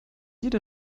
jede